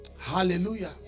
Hallelujah